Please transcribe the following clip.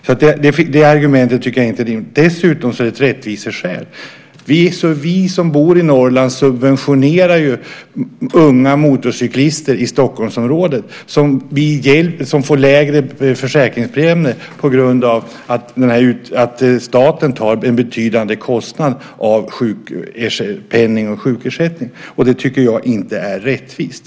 Så det argumentet tycker jag inte är rimligt. Dessutom är det ett rättviseskäl. Vi som bor i Norrland subventionerar unga motorcyklister i Stockholmsområdet. De får lägre försäkringspremier på grund av att staten tar en betydande kostnad för sjukpenning och sjukersättning. Det tycker jag inte är rättvist.